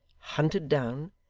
hunted down,